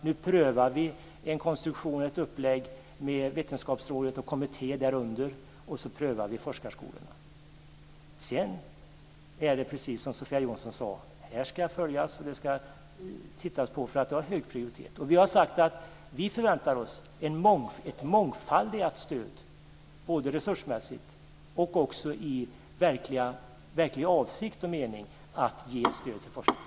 Nu prövar vi en konstruktion och ett upplägg med Vetenskapsrådet och kommittéer därunder, och sedan utvärderar vi forskarskolorna. Precis som Sofia Jonsson sade ska detta följas upp, för det har hög prioritet. Vi har sagt att vi förväntar oss ett mångfaldigt stöd både resursmässigt och i verklig avsikt och mening att ge stöd till forskningen.